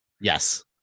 Yes